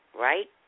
Right